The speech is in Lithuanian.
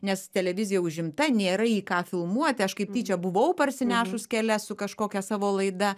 nes televizija užimta nėra į ką filmuoti aš kaip tyčia buvau parsinešus kelias su kažkokia savo laida